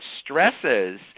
stresses